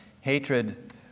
hatred